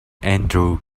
andrew